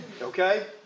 Okay